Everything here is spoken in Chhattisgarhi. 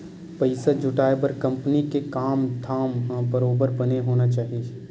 पइसा जुटाय बर कंपनी के काम धाम ह बरोबर बने होना चाही